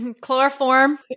Chloroform